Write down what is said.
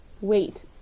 Wait